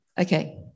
Okay